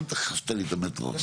אז